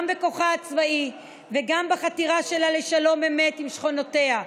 גם בכוחה הצבאי וגם בחתירה שלה לשלום אמת עם שכנותיה.